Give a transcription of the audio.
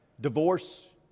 divorce